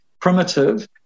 primitive